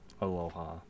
Aloha